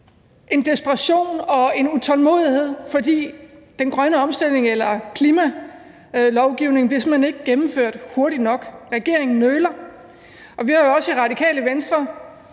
en desperation og en utålmodighed, fordi den grønne omstilling eller klimalovgivningen simpelt hen ikke bliver gennemført hurtigt nok; regeringen nøler. Og vi har jo også i Radikale Venstre